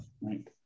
Right